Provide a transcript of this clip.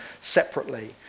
separately